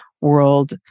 world